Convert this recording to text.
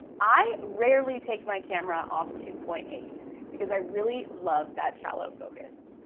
i rarely take my camera off two point eight because i really love that shallow focus.